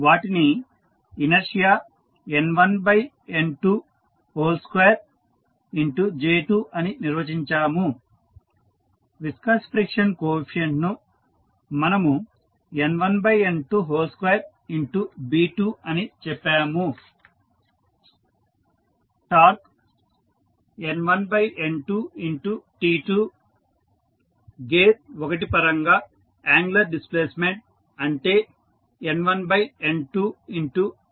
వాటిని inertia N1N22J2 అని నిర్వచించాము విస్కస్ ఫ్రిక్షన్ కోఎఫిసియంట్ ను మనము N1N22B2 అని చెప్పాము టార్క్ N1N2T2 గేర్ 1 పరంగా యాంగులర్ డిస్ప్లేస్మెంట్ అంటే N1N22